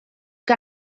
que